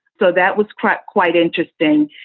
so that was quite quite interesting.